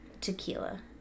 tequila